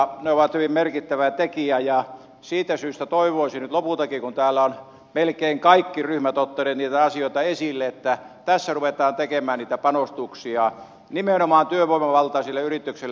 ne ovat hyvin merkittävä tekijä ja siitä syystä toivoisin nyt lopultakin kun täällä ovat melkein kaikki ryhmät ottaneet niitä asioita esille että tässä ruvetaan tekemään niitä panostuksia nimenomaan työvoimavaltaisille yrityksille